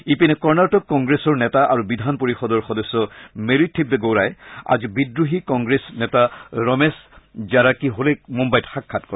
ইপিনে কৰ্ণাটক কংগ্ৰেছৰ নেতা আৰু বিধান পৰিষদৰ সদস্য মেৰী থিবেব গৌড়াই আজি বিদ্ৰোহী কংগ্ৰেছ নেতা ৰমেশ জাৰাকিহোলীক মুঘাইত সাক্ষাৎ কৰে